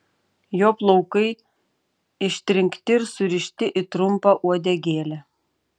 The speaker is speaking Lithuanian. jo plaukai ištrinkti ir surišti į trumpą uodegėlę